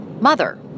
mother